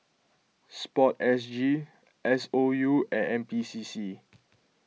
Sport S G S O U and N P C C